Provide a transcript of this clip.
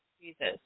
Jesus